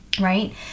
right